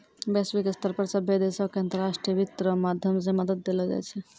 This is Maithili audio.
वैश्विक स्तर पर सभ्भे देशो के अन्तर्राष्ट्रीय वित्त रो माध्यम से मदद देलो जाय छै